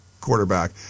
quarterback